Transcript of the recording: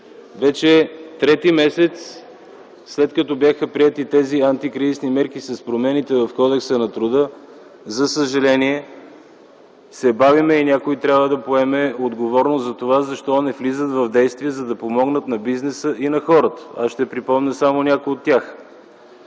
Вече трети месец, след като бяха приети антикризисните мерки с промените в Кодекса на труда, за съжаление се бавим и някой трябва да поеме отговорност за това защо не влизат в действие, за да помогнат на бизнеса и на хората. Ще припомня само някои от тях: